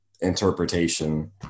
interpretation